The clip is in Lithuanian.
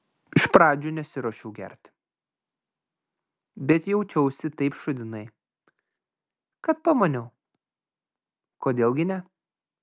iš pradžių nesiruošiau gerti bet jaučiausi taip šūdinai kad pamaniau kodėl gi ne